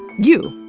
you,